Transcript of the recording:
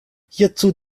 hierzu